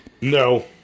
No